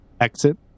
exit